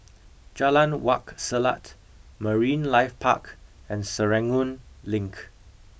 Jalan Wak Selat Marine Life Park and Serangoon Link